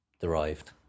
derived